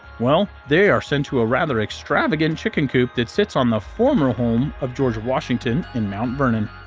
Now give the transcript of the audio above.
well, they are sent to a rather extravagant chicken coop that sits on the former home of george washington in mount vernon!